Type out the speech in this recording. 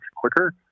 quicker